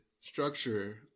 structure